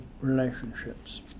relationships